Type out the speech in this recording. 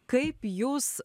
kaip jūs